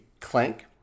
Clank